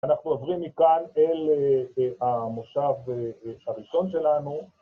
אנחנו עוברים מכאן אל המושב הראשון שלנו